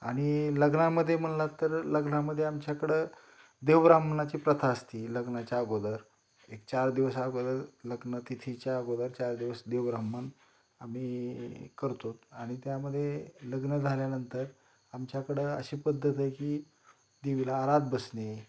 आणि लग्नामध्ये म्हणालात तर लग्नामध्ये आमच्याकडं देवब्राह्मणाची प्रथा असते लग्नाच्या अगोदर एक चार दिवस अगोदर लग्न तिथीच्या अगोदर चार दिवस देव ब्राह्मण आम्ही करतो आणि त्यामध्ये लग्न झाल्यानंतर आमच्याकडे अशी पद्धत आहे की देवीला आरात बसणे